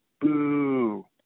boo